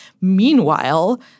Meanwhile